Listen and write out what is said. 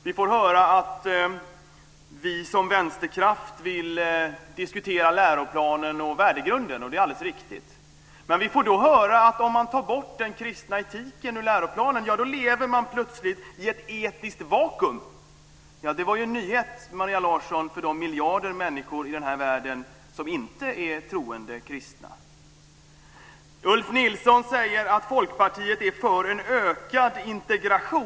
Vi får höra att vi som vänsterkraft vill diskutera läroplanen och värdegrunden, och det är alldeles riktigt. Men vi får också höra att om man tar bort den kristna etiken ur läroplanen lever man plötsligt i ett etiskt vakuum. Det var en nyhet, Maria Larsson, för de miljarder människor i den här världen som inte är troende kristna. Ulf Nilsson säger att Folkpartiet är för en ökad integration.